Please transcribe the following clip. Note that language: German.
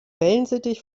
wellensittich